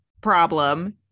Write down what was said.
problem